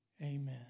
Amen